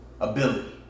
ability